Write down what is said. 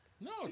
no